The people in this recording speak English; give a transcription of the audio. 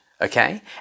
okay